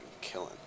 killing